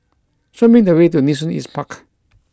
show me the way to Nee Soon East Park